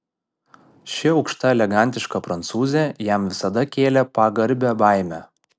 ši aukšta elegantiška prancūzė jam visada kėlė pagarbią baimę